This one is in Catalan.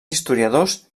historiadors